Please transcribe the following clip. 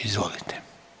Izvolite.